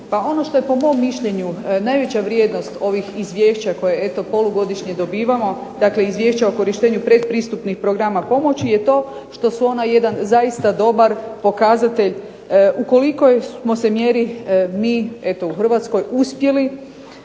Pa ono što je po mom mišljenju najveća vrijednost ovih izvješća koja eto polugodišnje dobivamo, dakle izvješća o korištenju pretpristupnih programa pomoći je to što su ona jedan zaista dobar pokazatelj u kolikoj smo se mjeri mi eto u Hrvatskoj uspjeli